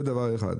זה דבר אחד.